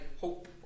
hope